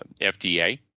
FDA